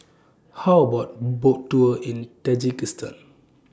How about A Boat Tour in Tajikistan